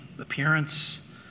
appearance